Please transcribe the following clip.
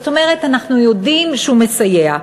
זאת אומרת, אנחנו יודעים שהוא מסייע.